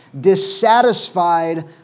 dissatisfied